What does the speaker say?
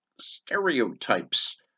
stereotypes